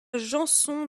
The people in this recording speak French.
janson